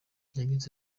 yagize